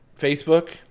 Facebook